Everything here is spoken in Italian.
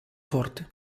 forte